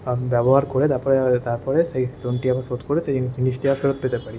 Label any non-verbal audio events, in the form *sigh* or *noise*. ব্যবহার করে তারপরে তারপরে সেই লোনটি আবার শোধ করে সেই জিনিসটি *unintelligible* ফেরত পেতে পারি